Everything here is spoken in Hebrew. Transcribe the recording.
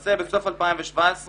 ולמעשה בסוף 2017,